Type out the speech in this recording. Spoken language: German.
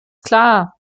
klar